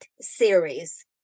series